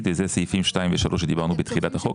ואלה סעיפים 2 ו-3 עליהם דיברנו בתחילת החוק.